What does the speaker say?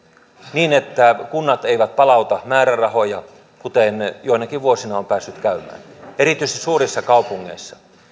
niin että kunnat eivät palauta määrärahoja kuten joinakin vuosina on päässyt käymään erityisesti suurissa kaupungeissa